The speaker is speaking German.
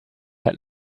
hat